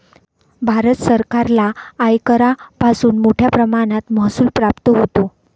भारत सरकारला आयकरापासून मोठया प्रमाणात महसूल प्राप्त होतो